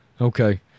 Okay